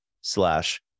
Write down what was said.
slash